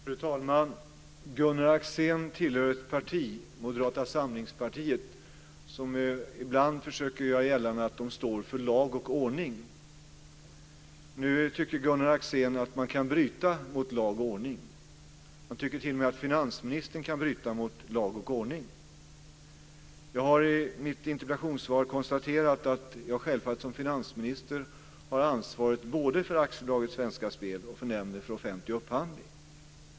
Fru talman! Gunnar Axén tillhör ett parti, Moderata samlingspartiet, som ibland försöker göra gällande att de står för lag och ordning. Nu tycker Gunnar Axén att man kan bryta mot lag och ordning. Han tycker t.o.m. att finansministern kan bryta mot lag och ordning. Jag har i mitt interpellationssvar konstaterat att jag självfallet som finansminister har ansvaret både för AB Svenska Spel och för Nämnden för offentlig upphandling.